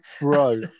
Bro